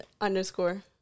underscore